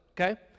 Okay